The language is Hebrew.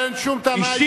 אין שום טענה אישית.